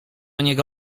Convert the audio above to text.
niego